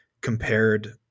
compared